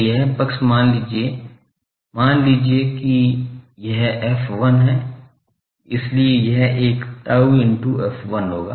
तो यह पक्ष मान लीजिए मान लीजिए कि यह f1 है इसलिए यह एक tau into f1 होगा